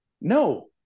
No